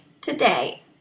today